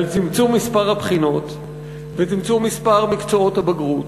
על צמצום מספר הבחינות וצמצום מספר מקצועות הבגרות,